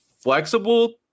flexible